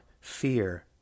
Fear